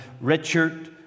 Richard